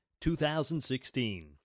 2016